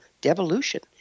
devolution